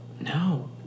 No